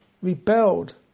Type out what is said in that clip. rebelled